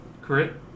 Correct